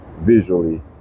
visually